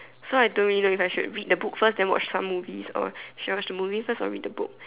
so I don't really know if I should read the book first then watch front movies or should I watch the movie first or read the book